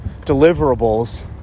deliverables